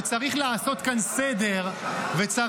שצריך לעשות כאן סדר וצריך